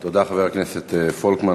תודה, חבר הכנסת פולקמן.